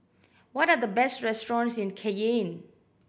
what are the best restaurants in Cayenne